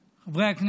חבריי.